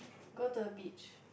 go to a beach